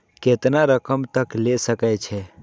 केतना रकम तक ले सके छै?